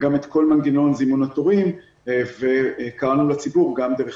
את כל מנגנון זימון התורים וקראנו לציבור גם דרך